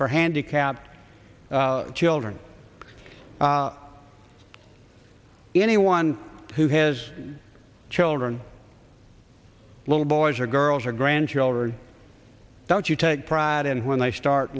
for handicapped children anyone who has children little boys or girls or grandchildren that you take pride in when they start